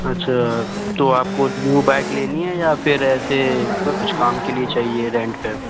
अच्छा तो आपको दो बाइक लेनी है या फिर ऐसे कुछ काम के लिए चाहिए रेंट पर